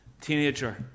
teenager